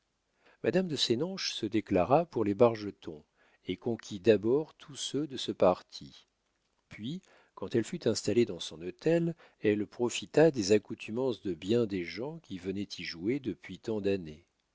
madame de sénonches se déclara pour les bargeton et conquit d'abord tous ceux de ce parti puis quand elle fut installée dans son hôtel elle profita des accoutumances de bien des gens qui venaient y jouer depuis tant d'années